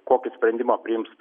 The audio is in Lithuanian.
kokį sprendimą priims